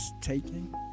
taking